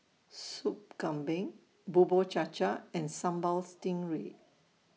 Sop Kambing Bubur Cha Cha and Sambal Stingray